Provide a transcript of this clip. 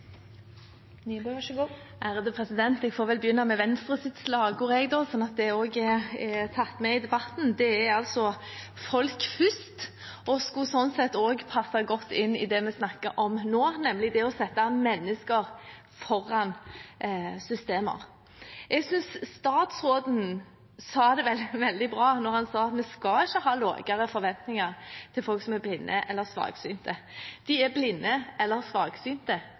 tatt med i debatten. Det er altså: «Folk først». Det skulle sånn sett passe godt inn i det vi snakker om nå, nemlig det å sette mennesker foran systemer. Jeg synes statsråden sa det veldig bra da han sa at vi skal ikke ha lavere forventninger til folk som er blinde eller svaksynte. De er blinde eller svaksynte,